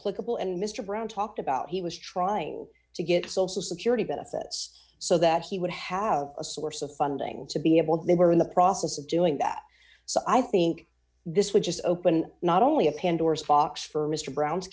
political and mr brown talked about he was trying to get social security benefits so that he would have a source of funding to be able they were in the process of doing that so i think this would just open not only a pandora's box for mr brown